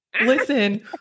Listen